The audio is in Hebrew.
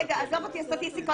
רגע, עזוב אותי הסטטיסטיקות.